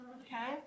Okay